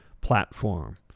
platform